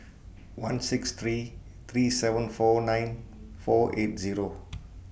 one six three three seven four nine four eight Zero